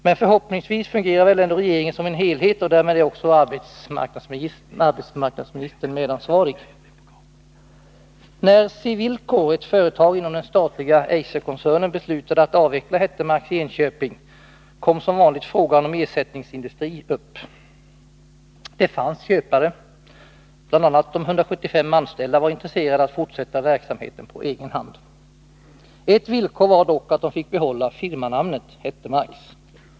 Men förhoppningsvis fungerar väl ändå regeringen som en helhet, och därmed är också arbetsmarknadsministern medansvarig. När Cewilko, ett företag inom den statliga Eiserkoncernen, beslutade att avveckla Hettemarks i Enköping, kom som vanligt frågan om ersättningsindustri upp. Det fanns köpare. BI. a. var de 175 anställda intresserade av att fortsätta verksamheten på egen hand. Ett villkor var dock att de fick behålla firmanamnet Hettemarks.